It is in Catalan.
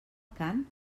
cant